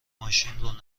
ماشینارو